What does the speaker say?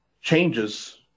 changes